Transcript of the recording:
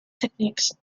techniques